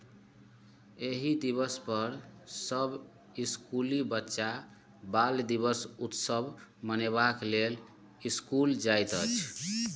एहि दिवसपर सभ इसकुली बच्चा बाल दिवस उत्सव मनेबाक लेल इसकुल जाइत अछि